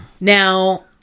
Now